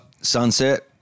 sunset